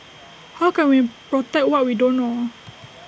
how can we protect what we don't know